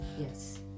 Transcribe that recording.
Yes